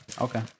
Okay